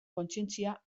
kontzientzia